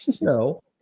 No